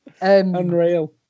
unreal